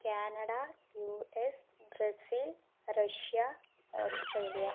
Canada U S Brazil Russia Australia